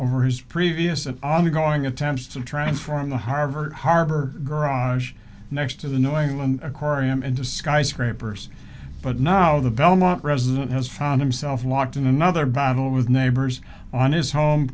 over his previous an ongoing attempts to transform the harvard harbor garage next to the new england aquarium into skyscrapers but now the belmont resident has found himself locked in another battle with neighbors on his home